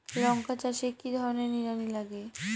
লঙ্কা চাষে কি ধরনের নিড়ানি লাগে?